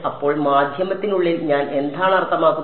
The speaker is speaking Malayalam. അപ്പോൾ മാധ്യമത്തിനുള്ളിൽ ഞാൻ എന്താണ് അർത്ഥമാക്കുന്നത്